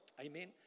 Amen